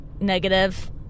negative